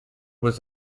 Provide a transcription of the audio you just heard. was